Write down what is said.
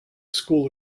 school